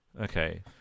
Okay